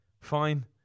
fine